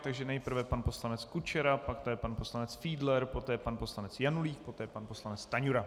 Takže nejprve pan poslanec Kučera, poté pan poslanec Fiedler, poté pan poslanec Janulík, poté pan poslanec Stanjura.